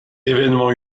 évènement